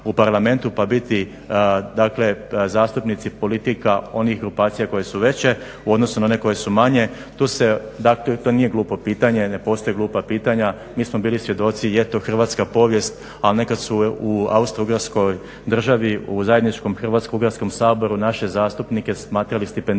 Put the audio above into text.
u Parlamentu pa biti, dakle zastupnici politika onih grupacija koje su veće u odnosu na one koje su manje. Tu se, dakle to nije glupo pitanje, ne postoje glupa pitanja. Mi smo bili svjedoci, je to hrvatska povijest, al nekad su u austro-ugarskoj državi u zajedničkom Hrvatsko-ugarskom saboru naše zastupnike smatrali stipendistima,